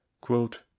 Quote